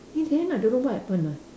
in the end I don't know what happen ah